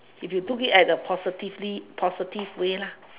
if you took it at the positively positive way